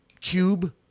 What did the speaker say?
Cube